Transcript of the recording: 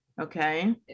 Okay